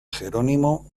jerónimo